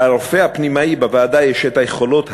לרופא הפנימאי בוועדה יש את היכולות,